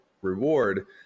reward